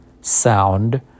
sound